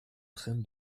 train